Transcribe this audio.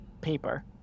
paper